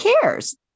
cares